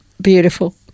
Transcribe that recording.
Beautiful